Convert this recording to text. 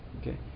okay